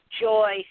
joy